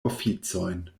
oficojn